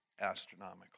astronomical